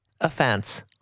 offense